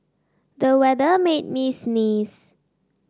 the weather made me sneeze